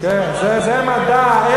איזה מדע?